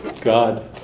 God